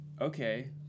okay